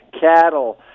cattle